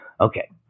Okay